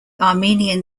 armenian